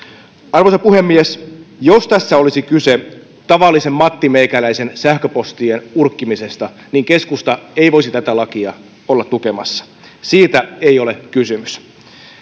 arvoisa puhemies jos tässä olisi kyse tavallisen mattimeikäläisen sähköpostien urkkimisesta keskusta ei voisi tätä lakia olla tukemassa siitä ei ole kysymys